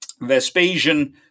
Vespasian